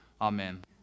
Amen